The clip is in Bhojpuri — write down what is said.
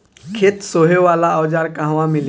खेत सोहे वाला औज़ार कहवा मिली?